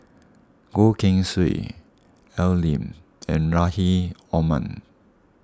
Goh Keng Swee Al Lim and Rahim Omar